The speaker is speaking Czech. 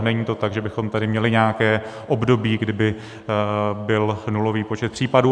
Není to tak, že bychom tady měli nějaké období, kdy by byl nulový počet případů.